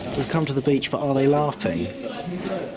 we've come to the beach, but are they larping?